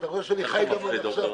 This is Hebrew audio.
אתה רואה שאני חי עד עכשיו גם ככה.